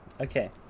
Okay